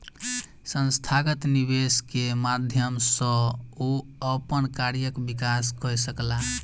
संस्थागत निवेश के माध्यम सॅ ओ अपन कार्यक विकास कय सकला